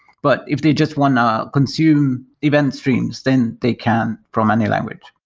but if they just want to consume event streams, then they can from any language.